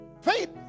Faith